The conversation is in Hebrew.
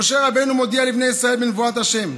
משה רבנו מודיע לבני ישראל בנבואת ה'